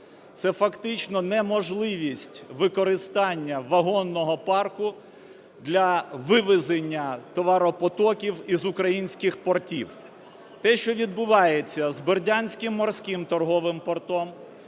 Це фактично неможливість використання вагонного парку для вивезення товаропотоків із українських портів. Те, що відбувається з Бердянським морським торговим портом,